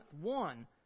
One